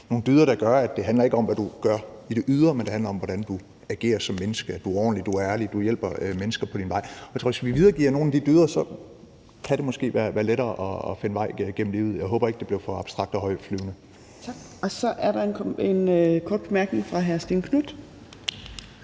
ikke handler om, hvad du gør i det ydre, men hvordan du agerer som menneske – at du er ordentlig og ærlig og hjælper mennesker på din vej. Jeg tror, at hvis vi videregiver nogle af de dyder, kan det måske være lettere at finde vej igennem livet. Jeg håber ikke, det blev for abstrakt og højtflyvende. Kl. 11:42 Tredje næstformand